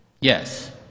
Yes